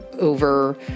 over